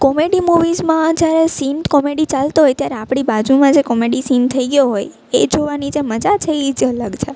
comedy મૂવીઝમાં જયારે scene comedy ચાલતો હોય ત્યારે આપણી બાજુમાં જે કોમેડી સીન થઈ ગયો હોય એ જોવાની જે મજા છે એ જ અલગ છે